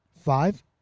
Five